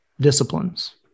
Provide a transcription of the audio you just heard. disciplines